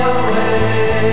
away